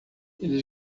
eles